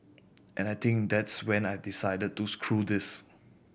and I think that's when I decided to screw this